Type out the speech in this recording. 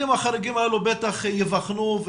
המקרים החריגים האלו בטח ייבחנו,